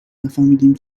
نفهمدیم